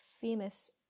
famous